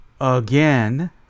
again